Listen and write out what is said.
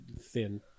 thin